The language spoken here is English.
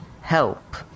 help